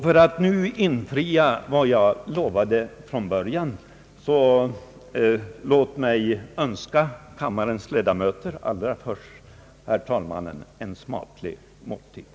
För att nu infria vad jag lovade från början, så låt mig önska kammarens ledamöter, allra först herr talmannen, en smaklig måltid.